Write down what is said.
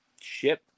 ship